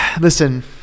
listen